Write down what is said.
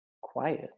quiet